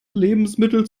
lebensmittel